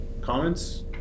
comments